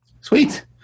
Sweet